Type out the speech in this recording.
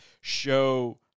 show